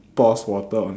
pours water on